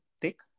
thick